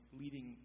leading